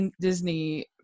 disney